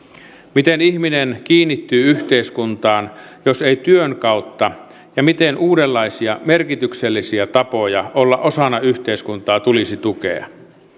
miten ihminen kiinnittyy yhteiskuntaan jos ei työn kautta ja miten uudenlaisia merkityksellisiä tapoja olla osana yhteiskuntaa tulisi tukea